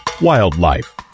Wildlife